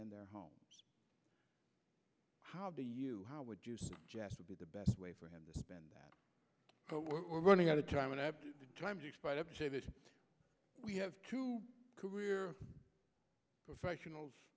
in their home how do you how would you suggest would be the best way for him to spend that we're running out of time and we have to career professionals